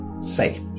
safe